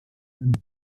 und